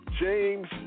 James